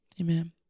Amen